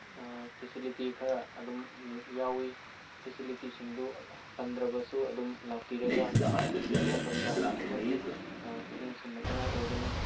facility ꯈꯔ ꯑꯗꯨꯝ ꯌꯥꯎꯋꯤ ꯐꯦꯁꯤꯂꯤꯇꯤꯁꯤꯡꯗꯨ ꯄꯟꯗ꯭ꯔꯕꯁꯨ ꯑꯗꯨꯝ ꯂꯥꯛꯄꯤꯔꯒ ꯌꯦꯡꯕ ꯃꯇꯝꯗ ꯑꯗꯨꯛꯀꯤ ꯃꯇꯤꯛ ꯄꯨꯛꯅꯤꯡ ꯁꯨꯝꯍꯠꯅꯤꯉꯥꯏ ꯑꯣꯏꯒꯅꯤ